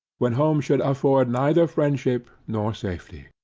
when home should afford neither friendship nor safety.